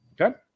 Okay